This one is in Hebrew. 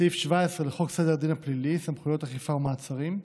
בסעיף 17 לחוק סדר הדין הפלילי (סמכויות אכיפה ומעצרים),